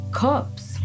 cops